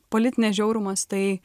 politinis žiaurumas tai